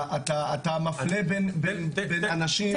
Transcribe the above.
אתה מפלה בין אנשים --- לא, שניה.